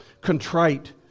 contrite